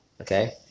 okay